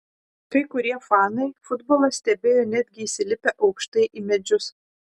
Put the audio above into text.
kai kurie fanai futbolą stebėjo netgi įsilipę aukštai į medžius